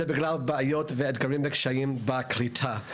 אלא היא בגלל בעיות ואתגרים וקשיים בקליטה.